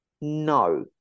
No